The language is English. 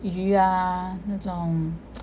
鱼啊那种